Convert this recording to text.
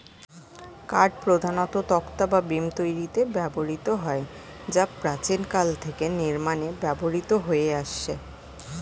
কাঠ প্রধানত তক্তা বা বিম তৈরিতে ব্যবহৃত হয় যা প্রাচীনকাল থেকে নির্মাণে ব্যবহৃত হয়ে আসছে